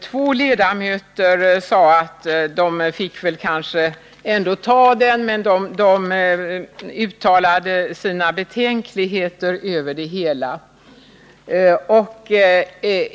Två ledamöter menade att man kanske ändå fick godta den, men de uttalade sina betänkligheter.